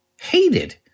hated